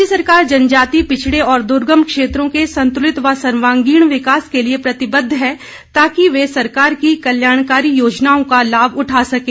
राज्य सरकार जनजातीय पिछड़े और दुर्गम क्षेत्रों के संतुलित व सर्वागीण विकास के लिए प्रतिबद्ध है ताकि वे सरकार की कल्याणकारी योजनाओं का लाभ उठा सकें